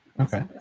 okay